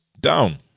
down